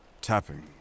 tapping